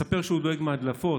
מספר שהוא דואג מהדלפות,